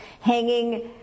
hanging